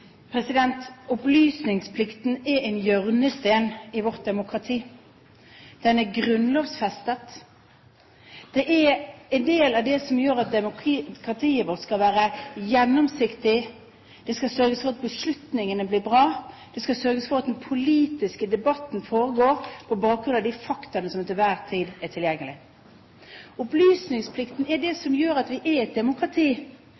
en del av det som gjør at demokratiet vårt er gjennomsiktig. Det skal sørges for at beslutningene blir bra. Det skal sørges for at den politiske debatten foregår på bakgrunn av de faktaene som til enhver tid er tilgjengelige. Opplysningsplikten er det